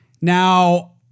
Now